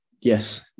yes